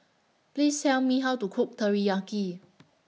Please Tell Me How to Cook Teriyaki